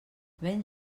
vent